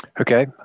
Okay